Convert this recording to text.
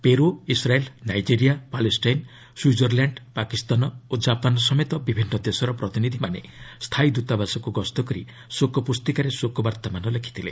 ପେରୁ Israel Nigeria Palestine Switzerland Pakistan ଓ Japan ସମେତ ବିଭିନ୍ନ ଦେଶର ପ୍ରତିନିଧିମାନେ ସ୍ଥାୟୀ ଦୂତାବାସକୁ ଗସ୍ତ କରି ଶୋକ ପୁସ୍ତିକାରେ ଶୋକବାର୍ତ୍ତାମାନ ଲେଖିଥିଲେ